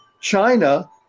China